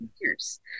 years